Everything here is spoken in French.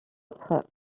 autres